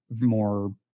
more